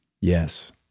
Yes